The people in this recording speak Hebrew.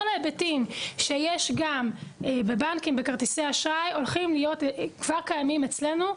שכל ההיבטים שיש גם בבנקים ובכרטיסי האשראי כבר קיימים אצלנו.